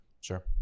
Sure